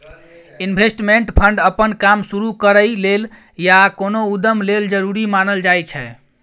investment fund अप्पन काम शुरु करइ लेल या कोनो उद्यम लेल जरूरी मानल जाइ छै